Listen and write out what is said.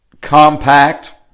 compact